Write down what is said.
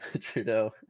Trudeau